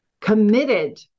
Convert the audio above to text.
committed